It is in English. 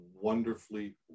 wonderfully